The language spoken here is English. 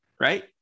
right